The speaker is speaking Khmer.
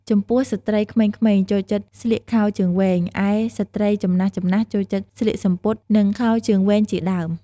ចំពោះស្រ្ដីក្មេងៗចូលចិត្តស្លៀកខោជើងវែង ឯស្រ្តីចំណាស់ៗចូលចិត្តស្លៀកសំពត់ និងខោជើងវែងជាដើម។